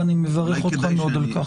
ואני מברך אותך מאוד על כך.